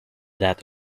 that